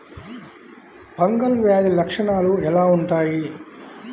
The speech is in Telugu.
ఫంగల్ వ్యాధి లక్షనాలు ఎలా వుంటాయి?